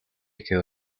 quedó